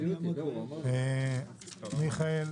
מיכאל,